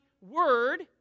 word